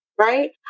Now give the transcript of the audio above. Right